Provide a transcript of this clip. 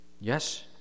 Yes